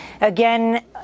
Again